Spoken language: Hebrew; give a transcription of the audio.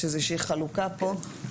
יש איזושהי חלוקה פה.